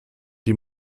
die